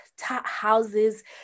houses